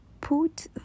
put